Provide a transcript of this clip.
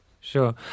Sure